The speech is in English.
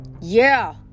Yeah